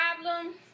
problem